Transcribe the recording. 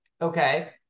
okay